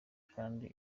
kandi